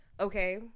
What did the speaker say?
okay